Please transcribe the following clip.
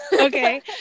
Okay